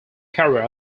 career